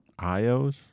IOs